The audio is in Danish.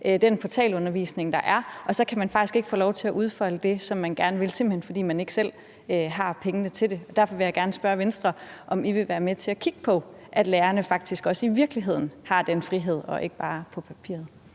den portalundervisning, der er, og så kan man faktisk ikke få lov til at udfolde det, som man gerne vil, simpelt hen fordi man ikke selv har pengene til det. Derfor vil jeg gerne spørge Venstre, om I vil være med til at kigge på, at lærerne faktisk også i virkeligheden har den frihed, og ikke bare på papiret.